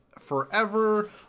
Forever